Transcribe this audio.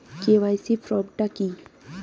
KYC form টা কি?